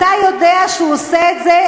אתה יודע שהוא עושה את זה,